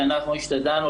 אנחנו השתדלנו,